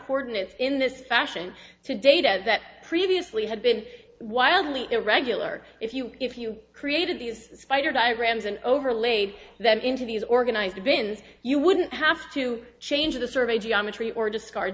coordinates in this fashion to data that previously had been wildly irregular if you if you created these spider diagrams and overlaid them into these organized bins you wouldn't have to change the survey geometry or discard